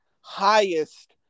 highest